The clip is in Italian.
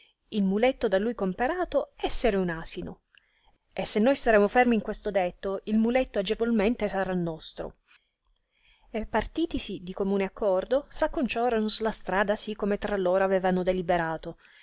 il muletto da lui comperato esser un asino e se noi staremo fermi in questo detto il muletto agevolmente sarà nostro e partitisi di comune accordo s'acconciorono su la strada sì come tra loro avevano deliberato